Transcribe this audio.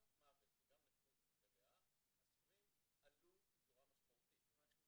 גם מוות וגם נכות מלאה הסכומים עלו בצורה משמעותית.